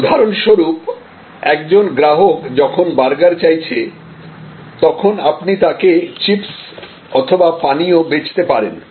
উদাহরণস্বরূপ একজন গ্রাহক যখন বার্গার চাইছে তখন আপনি তাকে চিপস্ অথবা পানীয় বেচতে পারেন